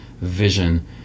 vision